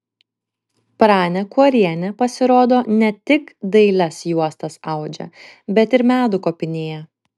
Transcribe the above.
pranė kuorienė pasirodo ne tik dailias juostas audžia bet ir medų kopinėja